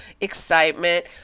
excitement